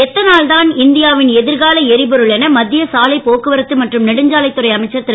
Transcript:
எத்தனால்தான் இந்தியாவின் எதிர்கால எரிபொருள் என மத்திய சாலை போக்குவரத்து மற்றும் நெடுஞ்சாலை துறை அமைச்சர் திரு